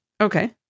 Okay